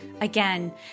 Again